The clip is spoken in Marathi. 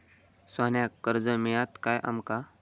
सोन्याक कर्ज मिळात काय आमका?